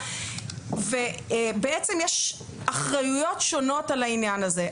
יש אחריויות שונות על העניין הזה.